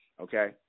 okay